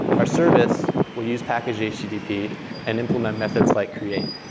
our service will use package http and implement methods like create.